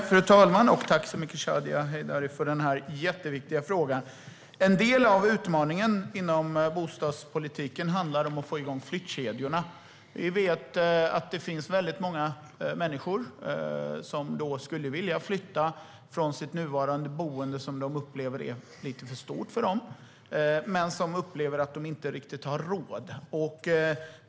Fru talman! Tack, Shadiye Heydari, för denna jätteviktiga fråga! En del av utmaningen i bostadspolitiken är att få igång flyttkedjorna. Vi vet att det finns väldigt många människor som skulle vilja flytta från sitt nuvarande boende, som de upplever är lite för stort, men de tycker inte att de riktigt har råd.